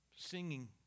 Singing